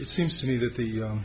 it seems to me that the